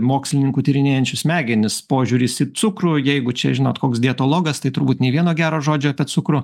mokslininkų tyrinėjančių smegenis požiūris į cukrų jeigu čia žinot koks dietologas tai turbūt nė vieno gero žodžio apie cukrų